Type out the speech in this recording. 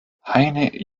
heine